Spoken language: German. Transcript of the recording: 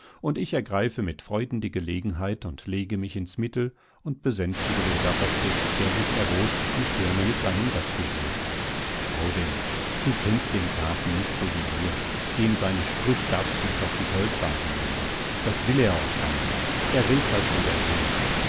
und ich ergreife mit freuden die gelegenheit und lege mich ins mittel und besänftige den safferstätt der sich erbost die stirne mit seinem sacktuch wischt gaudenz du kennst den grafen nicht so wie wir dem seine sprüch darfst nicht auf die goldwage legen das will er auch gar nicht er red't halt so daher